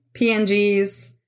PNGs